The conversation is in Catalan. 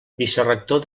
vicerector